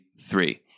three